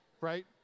right